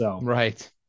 Right